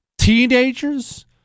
teenagers